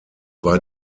war